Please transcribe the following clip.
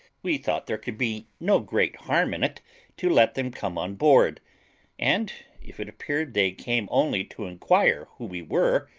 we thought there could be no great harm in it to let them come on board and if it appeared they came only to inquire who we were,